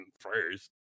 first